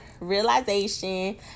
realization